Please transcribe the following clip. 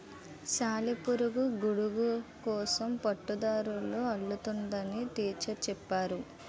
సాలిపురుగు గూడుకోసం పట్టుదారాలు అల్లుతుందని టీచరు చెప్పేరు